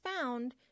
found